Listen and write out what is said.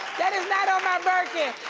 that is not on my birkin,